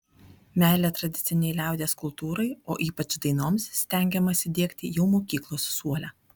meilę tradicinei liaudies kultūrai o ypač dainoms stengiamasi diegti jau mokyklos suole